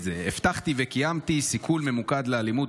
הבטחתי וקיימתי סיכול ממוקד לאלימות